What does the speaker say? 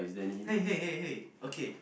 hey hey hey hey okay